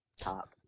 Top